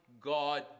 God